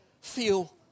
feel